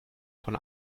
von